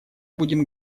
будем